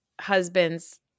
husband's